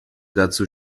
dazu